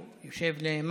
הוא יושב למעלה,